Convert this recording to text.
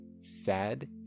sad